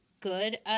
good